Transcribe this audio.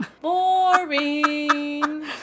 Boring